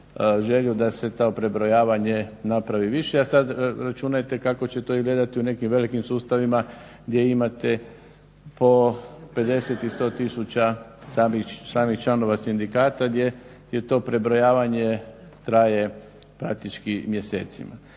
želju da se to prebrojavanje napravi više. A sad računajte kako će to izgledati u nekim velikim sustavima gdje imate po 50 i 100 tisuća samih članova sindikata gdje je to prebrojavanje traje praktički mjesecima.